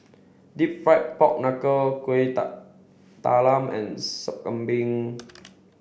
Deep Fried Pork Knuckle Kueh Talam and Sup Kambing